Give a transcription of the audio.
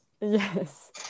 Yes